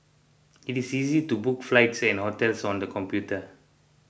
it is easy to book flights and hotels on the computer